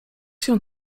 się